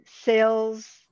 sales